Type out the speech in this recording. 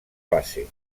base